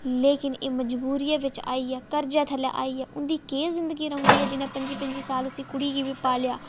लेकिन एह् मजबूरी बिच आइयै कर्जे थल्लै आइयै उं'दी केह् जिंदगी रौंह्दी ऐ जि'नें पं'जी पं'जी साल उस कुड़ी गी बी पालेआ